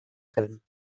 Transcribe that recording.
können